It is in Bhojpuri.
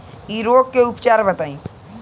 इ रोग के उपचार बताई?